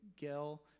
gel